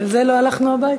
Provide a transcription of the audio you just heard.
בגלל זה לא הלכנו הביתה.